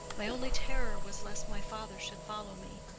my only terror was lest my father should follow me.